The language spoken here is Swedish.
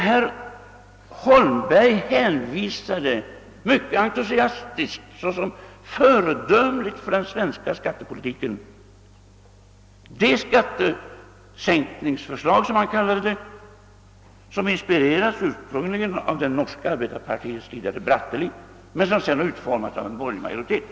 Herr Holmberg anvisade mycket entusiastiskt såsom föredömligt för den svenska skattepolitiken det skattesäkningsförslag, som han kallade det, som ursprungligen inspirerats av det norska arbetarpartiets ledare Bratteli men som sedan utformats av en borgerlig majoritet.